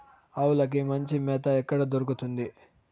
ఆవులకి మంచి మేత ఎక్కడ దొరుకుతుంది?